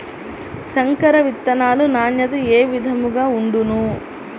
సంకర విత్తనాల నాణ్యత ఏ విధముగా ఉండును?